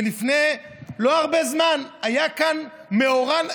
ולפני לא הרבה זמן היה כאן מאורע,